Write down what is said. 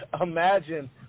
imagine